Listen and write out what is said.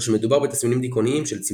או שמדובר בתסמינים דיכאוניים של צמצום.